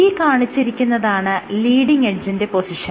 ഈ കാണിച്ചിരിക്കുന്നതാണ് ലീഡിങ് എഡ്ജിന്റെ പൊസിഷൻ